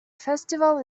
festival